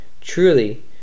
Truly